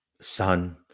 sun